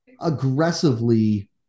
aggressively